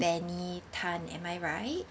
benny tan am I right